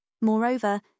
Moreover